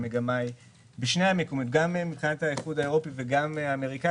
המגמה בשני המקומות גם באיחוד האירופי וגם בארצות